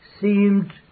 seemed